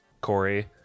Corey